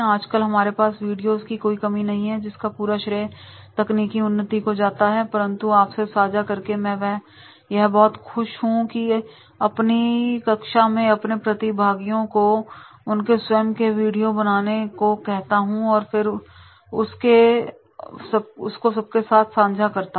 आजकल हमारे पास वीडियोस की कोई कमी नहीं है जिसका पूरा श्रेय तकनीकी उन्नति को जाता है परंतु आपसे साझा करके मैं यह बहुत खुश हूं की मैं अपनी कक्षा में अपने प्रतिभागियों को उनके स्वयं के वीडियो बनाने को कहता हूं और फिर वह उसको सबके साथ साझा करते हैं